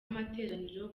amateraniro